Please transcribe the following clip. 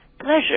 pleasure